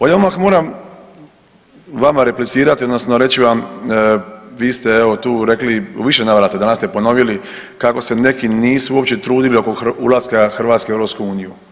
Ovdje odmah moram vama replicirati odnosno reći vam vi ste evo tu rekli u više navrata danas ste ponoviti kako se neki nisu uopće trudili oko ulaska Hrvatske u EU.